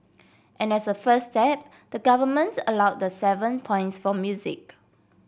and as a first step the government allowed the seven points for music